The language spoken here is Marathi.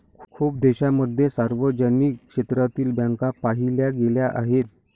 खूप देशांमध्ये सार्वजनिक क्षेत्रातील बँका पाहिल्या गेल्या आहेत